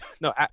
No